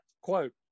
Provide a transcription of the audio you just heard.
Quote